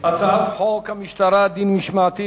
הצעת חוק המשטרה (דין משמעתי,